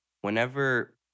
whenever